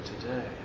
today